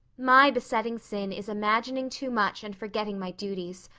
my besetting sin is imagining too much and forgetting my duties.